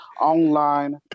online